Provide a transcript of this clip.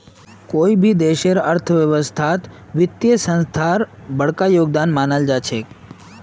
कोई भी देशेर अर्थव्यवस्थात वित्तीय संस्थार बडका योगदान मानाल जा छेक